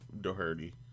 Doherty